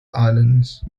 islands